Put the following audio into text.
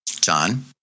John